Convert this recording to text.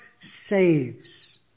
saves